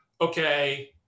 okay